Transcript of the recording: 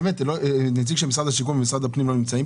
נמצאים פה נציגי משרד השיכון ומשרד הפנים?